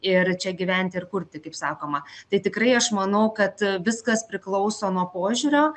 ir čia gyvent ir kurti kaip sakoma tai tikrai aš manau kad viskas priklauso nuo požiūrio